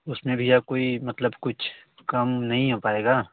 उसमें भैया कोई मतलब कुछ कम नहीं हो पाएगा